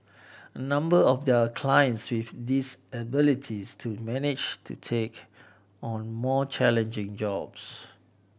a number of their clients with disabilities do manage to take on more challenging jobs